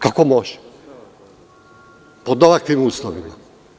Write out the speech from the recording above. Kako može pod ovakvim uslovima?